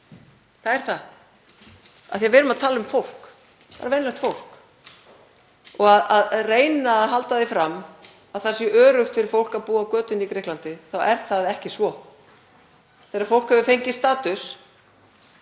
dag af því að við erum að tala um fólk, bara venjulegt fólk. Og að reyna að halda því fram að það sé öruggt fyrir fólk að búa á götunni í Grikklandi þá er það ekki svo. Þegar fólk hefur fengið status